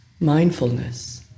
Mindfulness